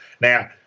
Now